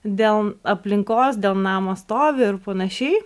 dėl aplinkos dėl namo stovio ir panašiai